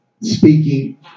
speaking